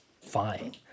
fine